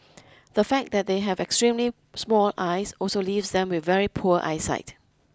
the fact that they have extremely small eyes also leaves them with very poor eyesight